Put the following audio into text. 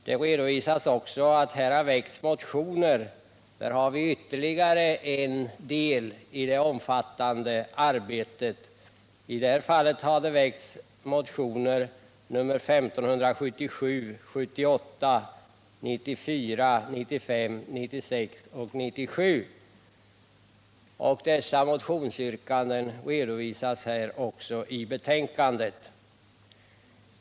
Där redovisas också att det har väckts motioner — ytterligare en del i det omfattande arbetet. I det här fallet har väckts motionerna 1577, 1578, 1594, 1595, 1596 och 1597. Motionsyrkandena redovisas också i betänkandet.